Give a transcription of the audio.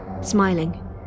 smiling